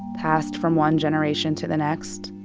passed from one generation to the next.